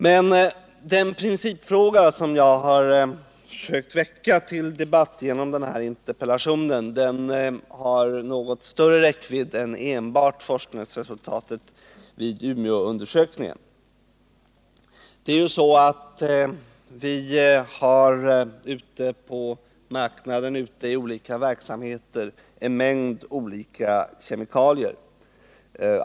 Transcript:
Men den principfråga som jag har försökt väcka till debatt genom min interpellation har något större räckvidd än att gälla enbart forskningsresultatet vid Umeåundersökningen. Det är ju så att det ute på marknaden och ute i olika verksamheter finns en mängd olika kemikalier.